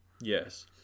yes